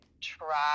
Try